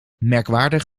merkwaardig